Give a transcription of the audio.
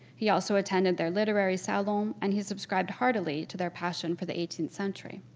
he also attended their literary salon, and he subscribed heartily to their passion for the eighteenth century.